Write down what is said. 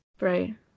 Right